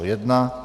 1.